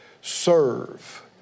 serve